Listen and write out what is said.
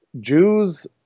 Jews